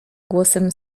głosem